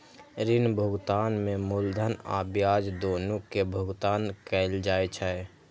ऋण भुगतान में मूलधन आ ब्याज, दुनू के भुगतान कैल जाइ छै